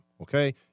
okay